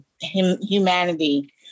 humanity